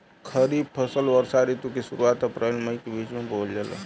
खरीफ फसल वषोॅ ऋतु के शुरुआत, अपृल मई के बीच में बोवल जाला